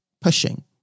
pushing